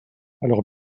alors